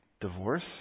divorce